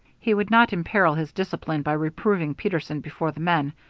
he would not imperil his discipline by reproving peterson before the men,